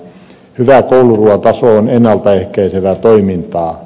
hyvä kouluruuan taso on ennalta ehkäisevää toimintaa